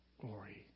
glory